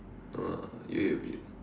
no lah you ate with it